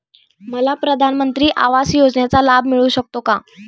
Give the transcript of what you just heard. मला प्रधानमंत्री आवास योजनेचा लाभ मिळू शकतो का?